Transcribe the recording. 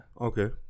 Okay